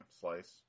slice